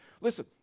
Listen